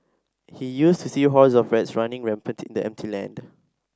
he used to see hordes of rats running rampant in the empty land